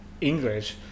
English